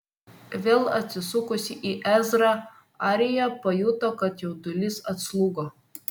vėl atsisukusi į ezrą arija pajuto kad jaudulys atslūgo